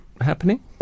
happening